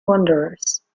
wanderers